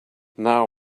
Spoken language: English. now